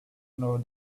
know